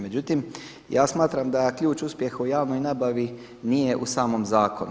Međutim ja smatram da ključ uspjeha u javnoj nabavi nije u samom zakonu.